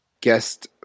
guest